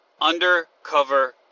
Undercover